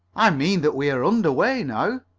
i mean that we're under way now.